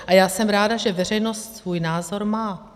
A já jsem ráda, že veřejnost svůj názor má.